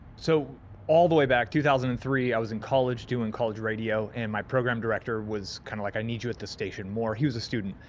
so all the way back, two thousand and three i was in college doing college radio and my program director was kind of like, i need you at this station more. he was a student,